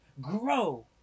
grow